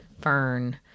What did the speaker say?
fern